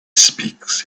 speaks